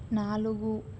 నాలుగు